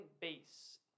base